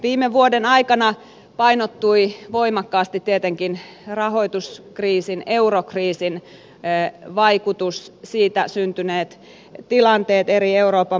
viime vuoden aikana painottui voimakkaasti tietenkin rahoituskriisin eurokriisin vaikutus siitä syntyneet tilanteet eri euroopan maissa